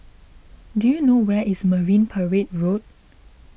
do you know where is Marine Parade Road